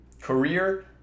career